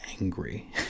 angry